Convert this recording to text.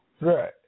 Right